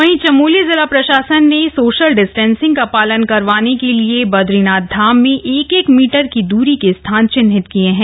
वहीं चमोली जिला प्रशासन ने सोशल डिस्टेंसिग का पालन करवाने के किए बदरीनाथ धाम में एक एक मीटर की दरी के स्थान चिन्हित किये है